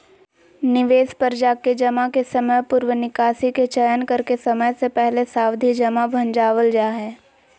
निवेश पर जाके जमा के समयपूर्व निकासी के चयन करके समय से पहले सावधि जमा भंजावल जा हय